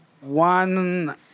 One